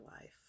life